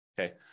Okay